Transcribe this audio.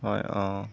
হয় অ'